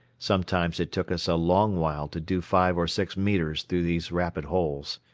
sometimes it took us a long while to do five or six metres through these rapid holes.